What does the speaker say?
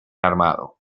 armado